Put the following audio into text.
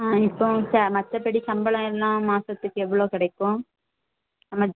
ஆ இப்போது ஓகே மற்றபடி சம்பளம் எல்லாம் மாதத்துக்கு எவ்வளோ கிடைக்கும் நம்ம